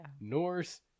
Norse